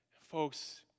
Folks